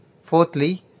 Fourthly